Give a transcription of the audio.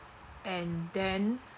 and then